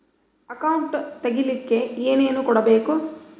Account ತೆಗಿಲಿಕ್ಕೆ ಏನೇನು ಕೊಡಬೇಕು?